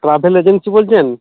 travel agency বলছেন